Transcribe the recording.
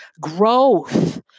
growth